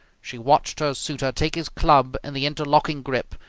she watched her suitor take his club in the interlocking grip,